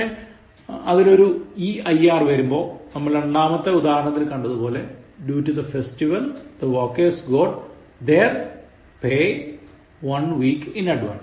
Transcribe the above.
പക്ഷേ അതിൽ ഒരു eir വരുമ്പോൾ നമ്മൾ രണ്ടാമത്തെ ഉദാഹരണത്തിൽ കണ്ടതുപോലെ Due to the festival the workers got their pay one week in advance